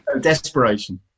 Desperation